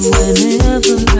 Whenever